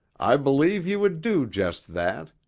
i believe you would do just that,